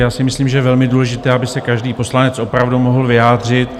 Já si myslím, že je velmi důležité, aby se každý poslanec opravdu mohl vyjádřit.